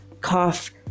cough